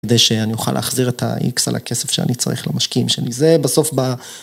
כדי שאני אוכל להחזיר את ה-X על הכסף שאני צריך למשקיעים שאני.. זה בסוף ב...